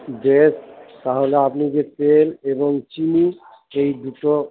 বেশ তাহলে আপনি যে তেল এবং চিনি এই দুটো